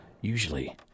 Usually